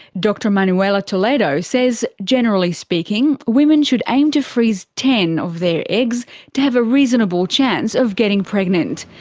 dr manuela toledo says generally speaking women should aim to freeze ten of their eggs to have a reasonable chance of getting pregnant.